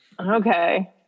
Okay